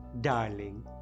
darling